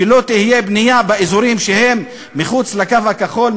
שלא תהיה בנייה באזורים שהם מחוץ לקו הכחול,